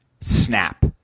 Snap